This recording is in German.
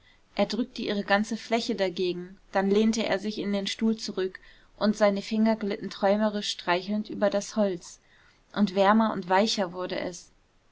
er drückte ihre ganze fläche dagegen dann lehnte er sich in den stuhl zurück und seine finger glitten träumerisch streichelnd über das holz und wärmer und weicher wurde es